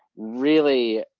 really,